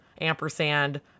Ampersand